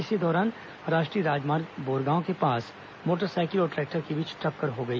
इसी दौरान राष्ट्रीय राजमार्ग बोरगांव के पास मोटरसाइकिल और ट्रैक्टर के बीच टक्कर हो गई